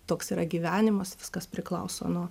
toks yra gyvenimas viskas priklauso nuo